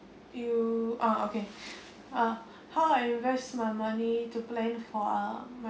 you ah okay ah how I invest my money to plan for uh